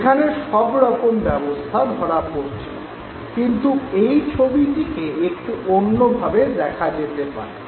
এখানে সবরকম ব্যবস্থা ধরা পড়ছে কিন্তু এই ছবিটিকে একটু অন্যভাবে দেখা যেতে পারে